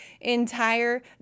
entire